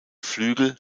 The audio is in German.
flügel